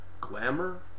Glamour